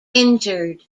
injured